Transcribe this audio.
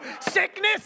sickness